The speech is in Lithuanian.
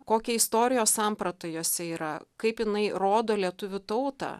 kokia istorijos samprata jose yra kaip jinai rodo lietuvių tautą